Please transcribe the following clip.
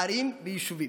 ערים ויישובים.